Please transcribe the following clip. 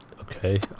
okay